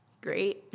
great